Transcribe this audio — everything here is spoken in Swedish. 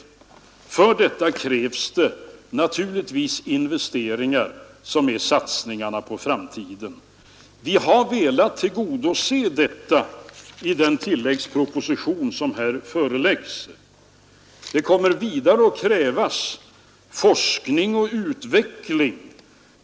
För detta krävs det naturligtvis investeringar som är satsningar på framtiden. Vi har velat tillgodose detta i den tilläggsproposition som här föreläggs. Det kommer vidare att krävas forskning och utveckling.